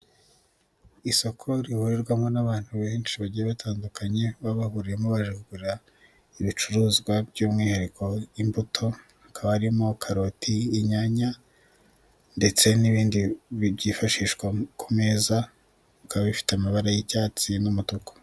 Isoko rihurirwamo n'abantu benshi bagiye batandukanye baba bahuriyemo baje kugura ibicuruzwa by'umwihariko imbuto, hakaba harimo karoti, inyanya ndetse n'ibindi byifashishwa ku meza bikaba bifite amabara y'icyatsi n'umutuku.